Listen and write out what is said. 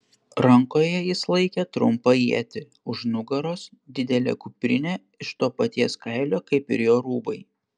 rankoje jis laikė trumpą ietį už nugaros didelė kuprinė iš to paties kailio kaip ir jo rūbai